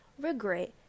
regret